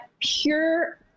pure